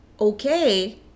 okay